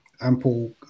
ample